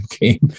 game